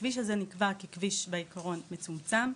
הכביש הזה נקבע ככביש בעיקרון שהוא כביש מצומצם,